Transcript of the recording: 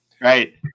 Right